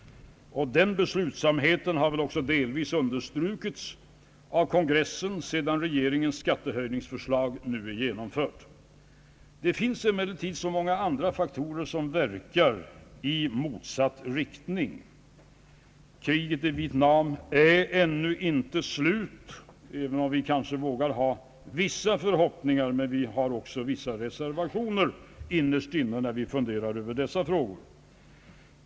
Denna beslutsamhet har väl också delvis understrukits av kongressen, sedan regeringens skattehöjningsförslag nu är genomfört. Det finns emellertid så många andra faktorer som verkar i motsatt riktning. Kriget i Vietnam är ännu inte slut, även om vi kanske vågar ha vissa förhoppningar, men vi har också innerst inne vissa reservationer när vi funderar över dessa frågor.